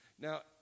Now